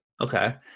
Okay